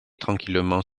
tranquillement